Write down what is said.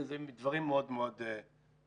זה דברים מאוד מאוד גדולים.